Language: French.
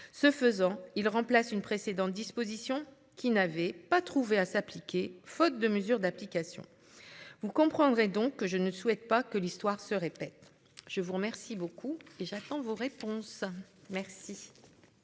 Ce faisant, il remplace une précédente disposition qui n'avait pas trouvé à s'appliquer faute de mesures d'application. Vous comprendrez donc que je ne souhaite pas que l'histoire se répète. Je vous remercie beaucoup et j'attends vos réponses. Merci.